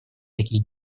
такие